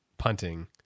punting